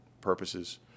purposes